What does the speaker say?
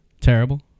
Terrible